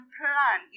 plan